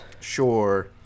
Sure